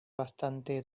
bastante